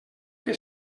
que